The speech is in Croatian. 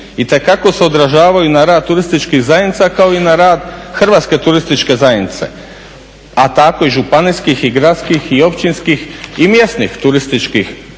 itekako se održavaju na rad turističkih zajednica kao i na rad HTZ-a, a tako i županijskih i gradskih i općinskih i mjesnih turističkih